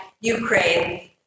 Ukraine